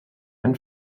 han